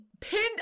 Pinned